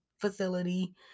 facility